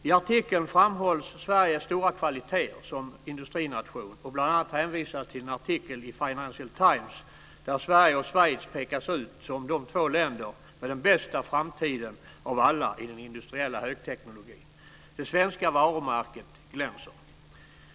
I artikeln framhålls Sveriges stora kvaliteter som industrination, och det hänvisas bl.a. till en artikel i Financial Times där Sverige och Schweiz pekas ut som två länder med den bästa framtiden av alla i den industriella högteknologin. Det svenska varumärket glänser.